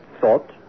Thought